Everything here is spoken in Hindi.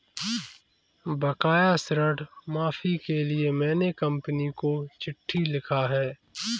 बकाया ऋण माफी के लिए मैने कंपनी को चिट्ठी लिखा है